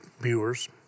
viewers